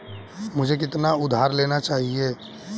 मुझे कितना उधार लेना चाहिए?